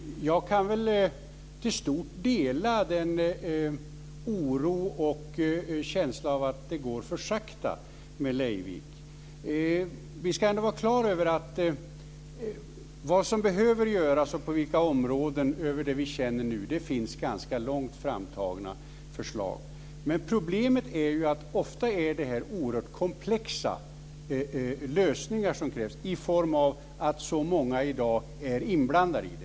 Fru talman! Jag kan väl i stort dela oron och känslan av att det går för sakta med Leivik. Vi ska ändå vara klara över att det finns långt framtagna förslag över vad som behöver göras och på vilka områden. Problemet är att det ofta krävs komplexa lösningar på grund av att så många är inblandade.